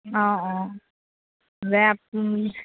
অঁ অঁ যে